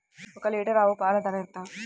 ఒక్క లీటర్ ఆవు పాల ధర ఎంత?